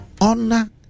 Honor